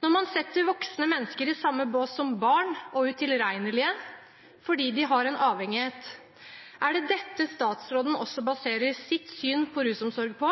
Når man setter voksne mennesker i samme bås som barn og utilregnelige fordi de har en avhengighet, er det dette statsråden også baserer sitt syn på rusomsorg på,